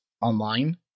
online